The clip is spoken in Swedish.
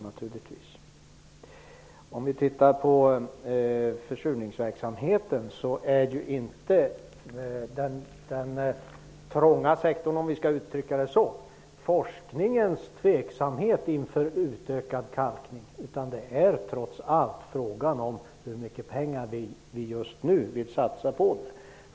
När det gäller arbetet mot försurning är det inte forskarnas tveksamhet inför utökad kalkning som utgör den ''trånga sektorn''; det är trots allt fråga om hur mycket pengar vi vill satsa just nu.